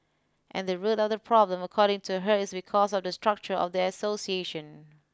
and the root of the problem according to her is because of the structure of the association